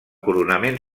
coronament